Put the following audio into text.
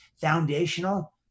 foundational